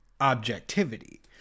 objectivity